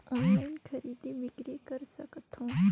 Online खरीदी बिक्री कर सकथव?